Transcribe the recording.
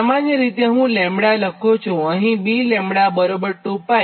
સામાન્ય રીતે λ હું આ રીતે લખું છું અહીં 𝛽 λ 2𝜋 થાય